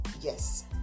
Yes